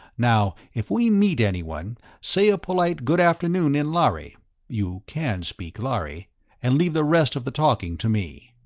now, if we meet anyone, say a polite good afternoon in lhari you can speak lhari and leave the rest of the talking to me.